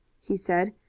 he said,